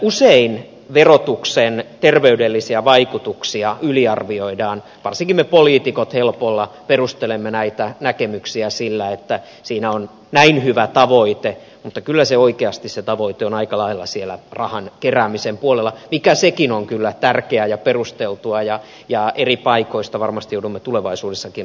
usein verotuksen terveydellisiä vaikutuksia yliarvioidaan varsinkin me poliitikot helpolla perustelemme näitä näkemyksiä sillä että siinä on näin hyvä tavoite mutta kyllä oikeasti se tavoite on aika lailla siellä rahan keräämisen puolella mikä sekin on kyllä tärkeää ja perusteltua ja eri paikoista varmasti joudumme tulevaisuudessakin rahaa ottamaan